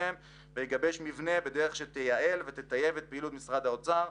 ויגבש את המבנה בדרך שתייעל ותטייב את פעילות משרד האוצר,